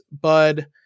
bud